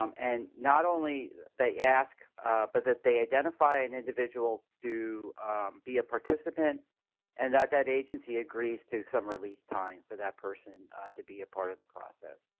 um and not only they ask, but that they identify an individual to be a participant and that that agency agrees to some relief time for that person to be a part of the process.